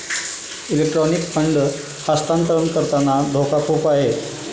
electronic fund हस्तांतरण करताना धोका खूप आहे